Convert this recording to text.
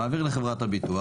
מעביר לחברת הביטוח.